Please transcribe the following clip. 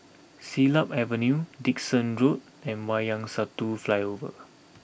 Siglap Avenue Dickson Road and Wayang Satu Flyover